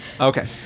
Okay